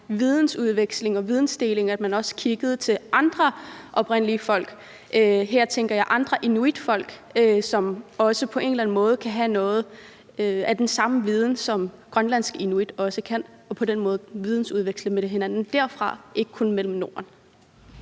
vidensudveksling og vidensdeling, at man også kiggede til andre oprindelige folk? Her tænker jeg på andre inuitfolk, som på en eller anden måde kan have noget af den samme viden, som grønlandsk inuit kan, og på den måde kan man vidensudveksle med hinanden derfra og ikke kun Norden